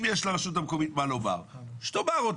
אם יש לרשות המקומית מה לומר שתאמר אבל